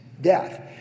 death